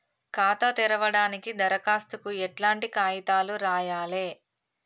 ఖాతా తెరవడానికి దరఖాస్తుకు ఎట్లాంటి కాయితాలు రాయాలే?